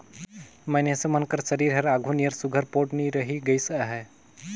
मइनसे मन कर सरीर हर आघु नियर सुग्घर पोठ नी रहि गइस अहे